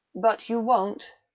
but you won't,